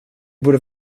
borde